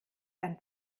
ein